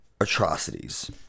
atrocities